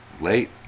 Late